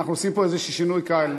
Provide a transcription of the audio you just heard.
אנחנו עושים פה איזה שינוי קל.